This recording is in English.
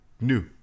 New